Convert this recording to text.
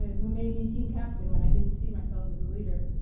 ah who made me team captain when i didn't see myself as a leader,